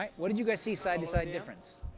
um what did you guys see side-to-side difference?